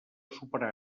superar